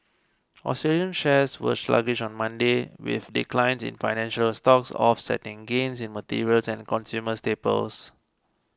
Australian shares were sluggish on Monday with declines in financial stocks offsetting gains in materials and consumer staples